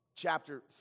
chapter